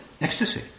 ecstasy